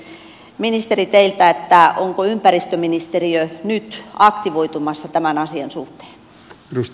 nyt kysyn ministeri teiltä onko ympäristöministeriö nyt aktivoitumassa tämän asian suhteen